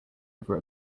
over